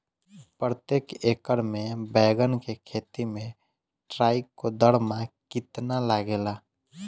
प्रतेक एकर मे बैगन के खेती मे ट्राईकोद्रमा कितना लागेला?